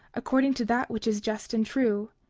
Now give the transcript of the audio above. according to that which is just and true.